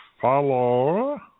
Follow